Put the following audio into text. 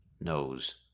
knows